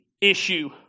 issue